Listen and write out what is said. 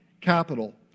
capital